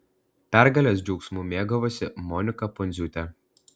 pergalės džiaugsmu mėgavosi monika pundziūtė